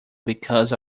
because